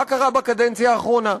מה קרה בקדנציה האחרונה?